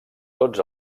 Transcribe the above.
tots